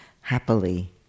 happily